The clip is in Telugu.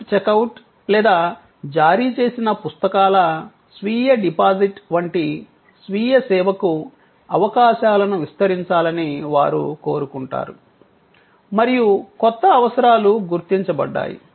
సెల్ఫ్ చెక్ అవుట్ లేదా జారీ చేసిన పుస్తకాల స్వీయ డిపాజిట్ వంటి స్వీయ సేవకు అవకాశాలను విస్తరించాలని వారు కోరుకుంటారు మరియు కొత్త అవసరాలు గుర్తించబడ్డాయి